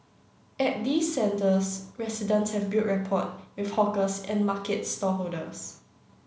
at these centres residents have built rapport with hawkers and market stallholders